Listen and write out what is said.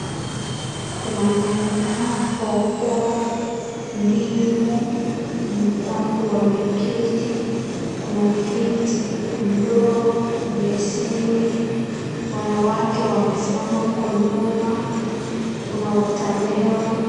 Kuna nyanya, pawpaw , ndimu, watu wameketi, kuna viti, ndoo beseni, wanawake wamesimama huko nyuma, kuna watermelon .